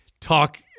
talk